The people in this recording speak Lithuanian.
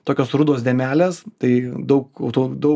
tokios rudos dėmelės tai daug labai automobilistų